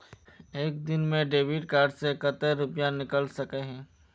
एक दिन में डेबिट कार्ड से कते रुपया निकल सके हिये?